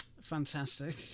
fantastic